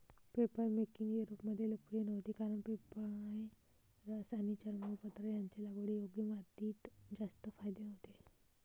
papermaking युरोपमध्ये लोकप्रिय नव्हती कारण पेपायरस आणि चर्मपत्र यांचे लागवडीयोग्य मातीत जास्त फायदे नव्हते